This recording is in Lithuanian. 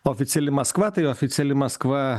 oficiali maskva tai oficiali maskva